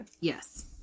Yes